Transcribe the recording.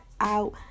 out